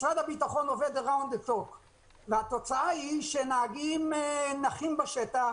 משרד הביטחון עובד around the clock והתוצאה היא שנהגים נחים בשטח,